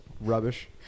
rubbish